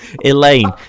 Elaine